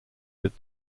that